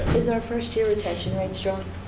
is our first-year retention rate strong?